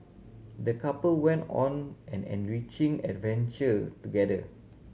the couple went on an enriching adventure together